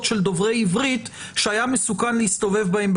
של דוברי עברית שהיה מסוכן להסתובב בהן,